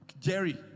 Jerry